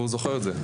והוא זוכר את זה.